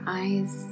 eyes